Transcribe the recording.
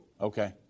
Okay